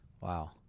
Wow